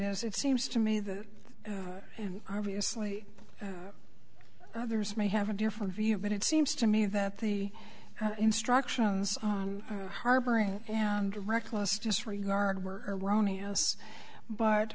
is it seems to me that and obviously others may have a different view but it seems to me that the instructions on harboring and reckless disregard were erroneous but